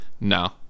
no